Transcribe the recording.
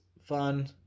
fun